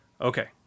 Okay